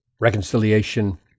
reconciliation